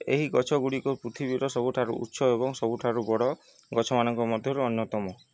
ଏହି ଗଛଗୁଡ଼ିକ ପୃଥିବୀର ସବୁଠାରୁ ଉଚ୍ଚ ଏବଂ ସବୁଠାରୁ ବଡ଼ ଗଛମାନଙ୍କ ମଧ୍ୟରୁ ଅନ୍ୟତମ